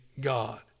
God